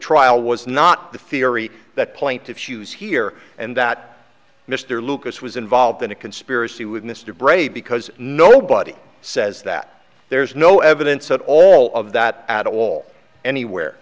trial was not the theory that point of shoes here and that mr lucas was involved in a conspiracy with mr brady because nobody says that there's no evidence at all of that at all anywhere